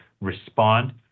respond